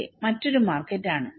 ലെ മറ്റൊരു മാർക്കറ്റ് ആണ്